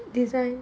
design